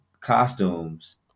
costumes